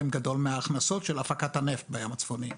גדול מההכנסות של הפקת הנפט בים הצפוני,